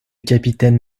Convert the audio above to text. capitaine